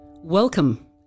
Welcome